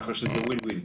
ככה שזה win win.